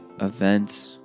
event